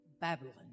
Babylon